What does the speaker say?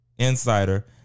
Insider